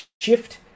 shift